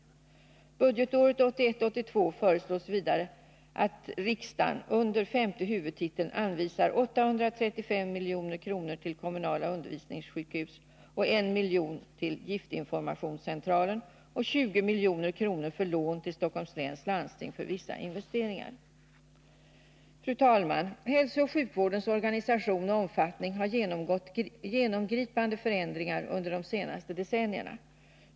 För budgetåret 1981/82 föreslås vidare att riksdagen under femte huvudtiteln anvisar 835 milj.kr. till kommunala undervisningssjukhus, 1 milj.kr. för giftinformationscentralen och 20 milj.kr. för lån till SLL för vissa investeringar. Fru talman! Hälsooch sjukvårdens organisation och omfattning har genomgått genomgripande förändringar under de senaste decennierna.